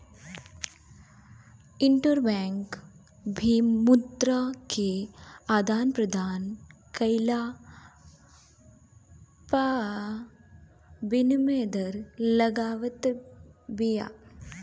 interbank भी मुद्रा के आदान प्रदान कईला पअ विनिमय दर लगावत बिया